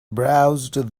browsed